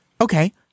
okay